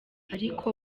ariko